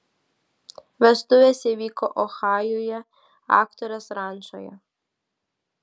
vestuvės įvyko ohajuje aktorės rančoje